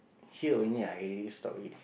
here only I already stop already